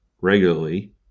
regularly